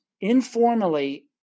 informally